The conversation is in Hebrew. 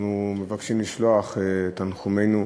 אנחנו מבקשים לשלוח תנחומינו,